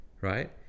right